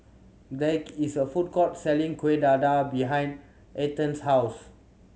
there is a food court selling Kuih Dadar behind Ethie's house